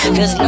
Cause